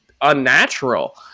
unnatural